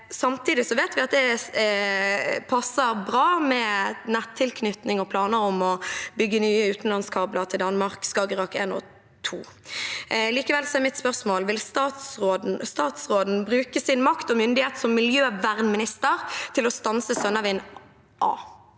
at det passer bra med nettilknytning og planer om å bygge nye utenlandskabler til Danmark, Skagerrak 1 og 2. Likevel er mitt spørsmål: Vil statsråden bruke sin makt og myndighet som miljøvernminister til å stanse Sønnavind A?